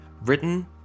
written